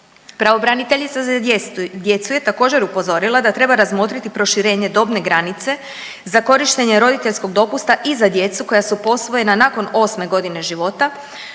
Pravobraniteljica za djecu je također upozorila da treba razmotriti proširenje dobne granice za korištenje roditeljskog dopusta i za djecu koja su posvojena nakon osme godine života,